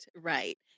Right